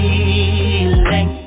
Feeling